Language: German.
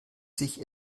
sich